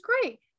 great